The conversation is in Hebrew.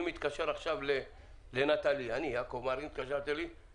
אני מתקשר עכשיו לנטלי, אני, יעקב מרגי -- מותר.